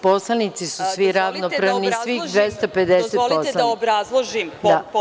Poslanici su svi ravnopravni, svih 250 poslanika.